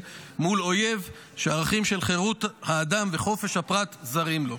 מול אויב שהערכים של חירות האדם וחופש הפרט זרים לו.